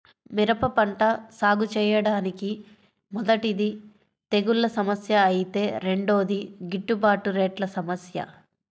మిరప పంట సాగుచేయడానికి మొదటిది తెగుల్ల సమస్య ఐతే రెండోది గిట్టుబాటు రేట్ల సమస్య